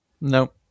No